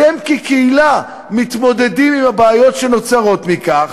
אתם כקהילה מתמודדים עם הבעיות שנוצרות מכך.